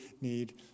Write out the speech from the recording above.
need